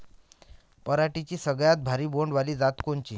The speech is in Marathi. पराटीची सगळ्यात भारी बोंड वाली जात कोनची?